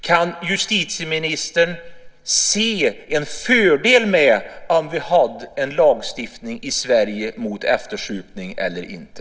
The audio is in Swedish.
Kan justitieministern då se en fördel med en lagstiftning i Sverige mot eftersupning eller inte?